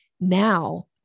Now